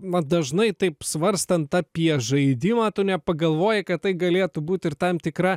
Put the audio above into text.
na dažnai taip svarstant apie žaidimą tu nepagalvoji kad tai galėtų būti ir tam tikra